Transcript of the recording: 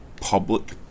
public